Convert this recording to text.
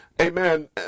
amen